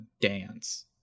dance